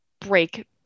break